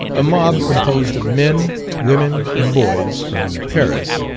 a mob, composed of men, women, and boys, from paris,